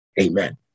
amen